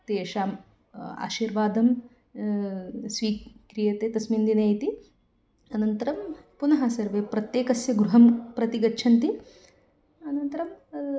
तेषाम् आशीर्वादं स्वीक्रियते तस्मिन् दिने इति अनन्तरं पुनः सर्वे प्रत्येकस्य गृहं प्रति गच्छन्ति अनन्तरम्